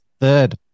third